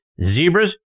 Zebras